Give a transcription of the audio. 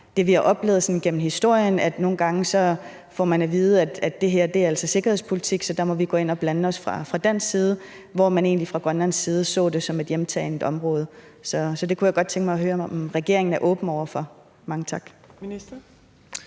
det, vi har oplevet igennem historien, altså man nogle gange får at vide, at det her er altså sikkerhedspolitik, så der må vi gå ind og blande os fra dansk side, hvor man egentlig fra grønlandsk side så det som et hjemtaget område. Så det kunne jeg godt tænke mig at høre om regeringen er åben over for. Mange tak.